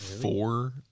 Four